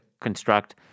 construct